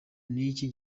n’iki